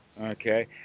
Okay